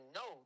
no